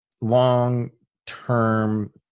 long-term